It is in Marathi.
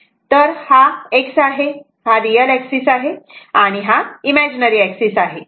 तर हा x आहे हा रियल एक्सिस आहे आणि हा इमॅजिनरी एक्सिस आहे